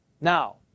now